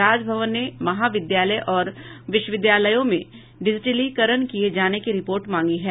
राजभवन ने महाविद्यालय और विश्वविद्यालयों में डिजिटलीकरण किये जाने की रिपोर्ट मांगी है